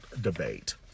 debate